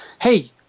Hey